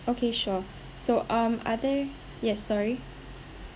okay sure so um are there yes sorry